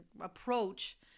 approach